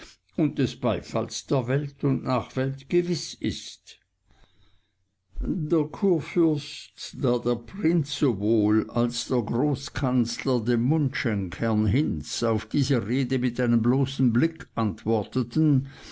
und des beifalls der welt und nachwelt gewiß ist der kurfürst da der prinz sowohl als der großkanzler dem mundschenk herrn hinz auf diese rede mit einem bloßen blick antworteten